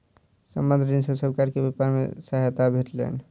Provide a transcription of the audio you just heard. संबंद्ध ऋण सॅ साहूकार के व्यापार मे सहायता भेटलैन